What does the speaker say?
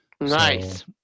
Nice